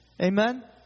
Amen